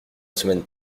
semaine